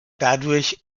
dadurch